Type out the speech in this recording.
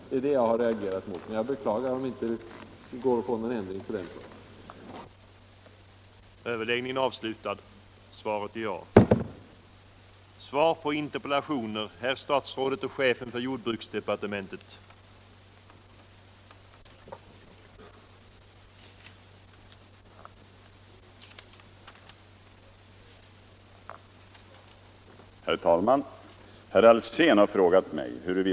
Det är detta som jag har reagerat mot, och jag beklagar om det inte går att få någon ändring på den punkten.